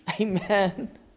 Amen